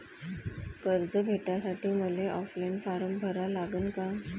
कर्ज भेटासाठी मले ऑफलाईन फारम भरा लागन का?